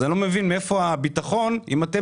אז אני לא מבין מאיפה הביטחון אם אתם